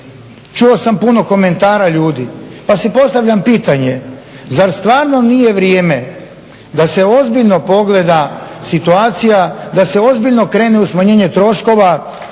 Čuo sam puno komentara ljudi. Pa si postavljam pitanje, zar stvarno nije vrijeme da se ozbiljno pogleda situacija, da se ozbiljno krene u smanjenje troškova,